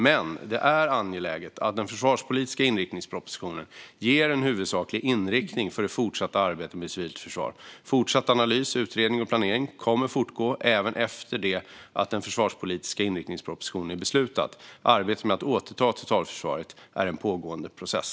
Men det är angeläget att den försvarspolitiska inriktningspropositionen ger en huvudsaklig inriktning för det fortsatta arbetet med civilt försvar. Fortsatt analys, utredning och planering kommer att fortgå även efter det att den försvarspolitiska inriktningspropositionen är beslutad. Arbetet med att återta totalförsvaret är en pågående process.